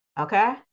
Okay